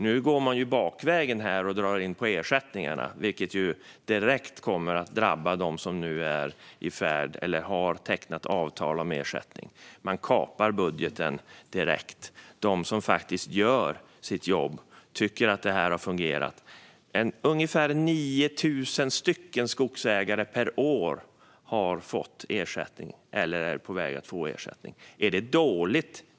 Nu går man ju bakvägen och drar in på ersättningarna, vilket direkt kommer att drabba dem som nu är i färd med att teckna eller har tecknat avtal om ersättning. Man kapar budgeten direkt. De som faktiskt gör sitt jobb tycker att det här har fungerat. Ungefär 9 000 skogsägare per år har fått eller är på väg att få ersättning.